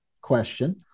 question